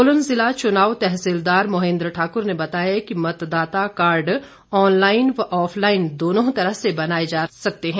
सोलन जिला चुनाव तहसीलदार मोहेंद्र ठाक्र ने बताया कि मतदाता कार्ड ऑनलाईन व ऑफलाईन दोनों तरह से बनाये जा सकते हैं